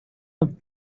off